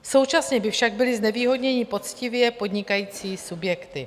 Současně by však byly znevýhodněny poctivě podnikající subjekty.